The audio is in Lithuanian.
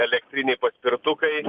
elektriniai paspirtukai